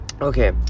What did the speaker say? Okay